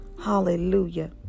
Hallelujah